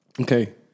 Okay